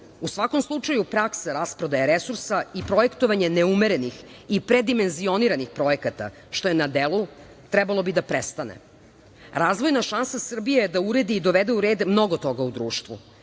U svakom slučaju, praksa rasprodaje resursa i projektovanje neumerenih i predimenzioniranih projekata, što je na delu, trebalo bi da prestane. Razvojna šansa Srbije je da uredi i dovede u red mnogo toga u društvu.